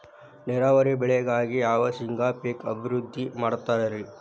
ನೇರಾವರಿ ಬೆಳೆಗಾಗಿ ಯಾವ ಶೇಂಗಾ ಪೇಕ್ ಅಭಿವೃದ್ಧಿ ಮಾಡತಾರ ರಿ?